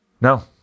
No